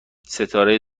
ستاره